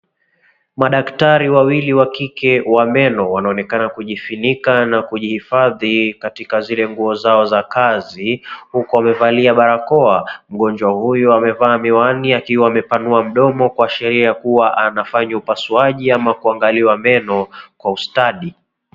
Madaktari wawili wa kike wa meno wanaonekana kujifunika na kujihifadhi katika zile nguo zao za kazi huku wamevalia barakoa. Mgonjwa huyu amevaa miwani akiwa amepanua mdomo kuashiria kuwa anafanywa upasuaji ama kuangaliwa meno kwa ustadi.